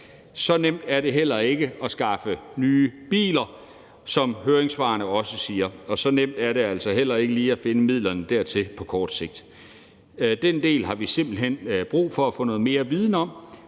Så nemt er det heller ikke at skaffe nye biler, som høringssvarene også siger, og så nemt er det altså heller ikke lige at finde midlerne dertil på kort sigt. Den del har vi simpelt hen brug for at få noget mere viden om,